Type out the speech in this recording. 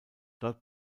dort